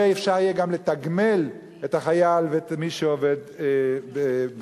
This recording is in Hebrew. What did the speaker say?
ואפשר יהיה גם לתגמל את החייל ואת מי שעובד ביעילות.